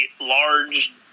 large